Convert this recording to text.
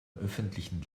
öffentlichen